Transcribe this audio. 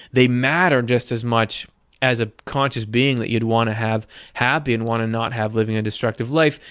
they matter just as much as a conscious being that you'd want to have happy and want to not have living a destructive life,